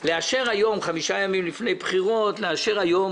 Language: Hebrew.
על העניין של לאשר היום,